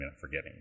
forgetting